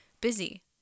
busy